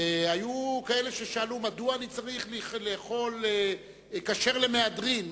היו כאלה ששאלו מדוע אני צריך לאכול כשר למהדרין,